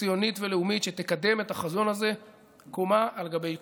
ציונית ולאומית שתקדם את החזון הזה קומה על גבי קומה.